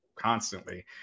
constantly